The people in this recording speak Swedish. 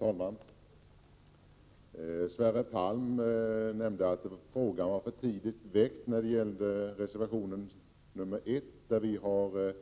Herr talman! Sverre Palm nämnde att den fråga som har tagits upp i reservation 1 är för tidigt väckt.